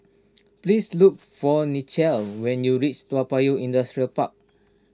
please look for Nichelle when you reach Toa Payoh Industrial Park